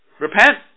Repent